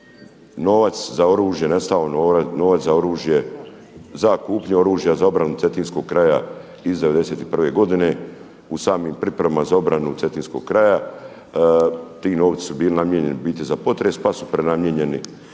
novac za oružje novac, za kupnju oružja, za obranu cetinskog kraja iz '91. godine u samim pripremama za obranu cetinskog kraja. Ti novci su bili namijenjeni u biti za potres, pa su prenamijenjeni